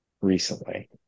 recently